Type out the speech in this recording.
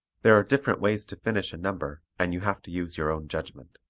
there are different ways to finish a number and you have to use your own judgment.